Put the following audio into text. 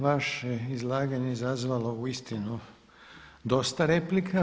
Vaše izlaganje izazvalo je uistinu dosta replika.